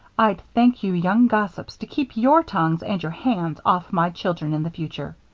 i'd thank you young gossips to keep your tongues and your hands off my children in the future.